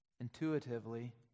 Intuitively